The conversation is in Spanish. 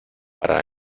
para